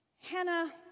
Hannah